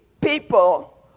people